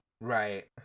right